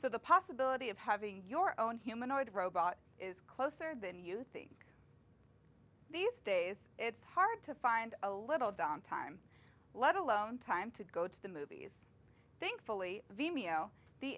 so the possibility of having your own humanoid robot is closer than you think these days it's hard to find a little downtime let alone time to go to the movies thankfully vimeo the